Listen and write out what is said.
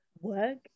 work